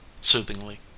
soothingly